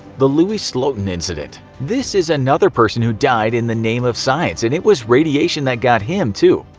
the louis slotin incident this is another person who died in the name of science and it was radiation that got him, too.